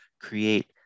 create